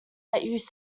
used